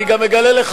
אני רק אומר לך